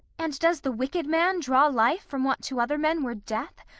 and does the wicked man draw life from what to other men were death,